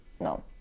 no